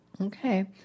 Okay